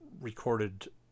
recorded